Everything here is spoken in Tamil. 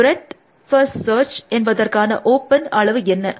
ப்ரெட்த் ஃபர்ஸ்ட் சர்ச் என்பதற்கான ஓப்பன் அளவு என்ன